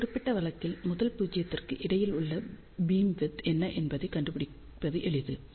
இந்த குறிப்பிட்ட வழக்கில் முதல் பூஜ்யத்திற்கு இடையில் உள்ள பீம்விட்த் என்ன என்பதைக் கண்டுபிடிப்பது எளிது